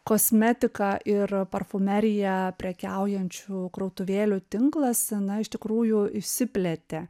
kosmetika ir parfumerija prekiaujančių krautuvėlių tinklas na iš tikrųjų išsiplėtė